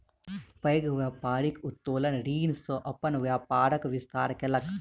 पैघ व्यापारी उत्तोलन ऋण सॅ अपन व्यापारक विस्तार केलक